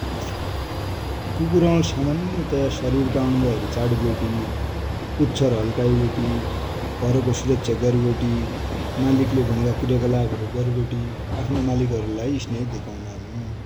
कुकुर ले सामन्यतया सरिर का अङ्गहरु चाट्बटि, पुछर हल्लाइबटी ,घर को सूरक्षा गरबटी, मालिकले भन्या क्रियकलाप गरबटी आफ्ना मालिक हरु लाइ स्नेह धेकुनानु ।